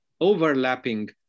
overlapping